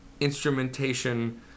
instrumentation